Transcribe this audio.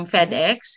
FedEx